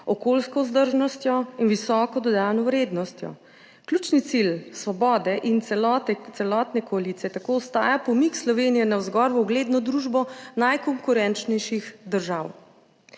okoljsko vzdržnostjo in visoko dodano vrednostjo. Ključni cilj Svobode in celotne koalicije tako ostaja pomik Slovenije navzgor v ugledno družbo najkonkurenčnejših držav.